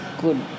good